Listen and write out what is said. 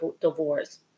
divorce